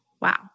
Wow